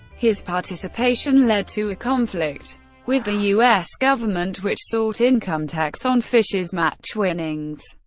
his participation led to a conflict with the u s. government, which sought income tax on fischer's match winnings,